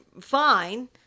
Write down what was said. fine